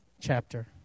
chapter